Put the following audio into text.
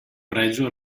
pregio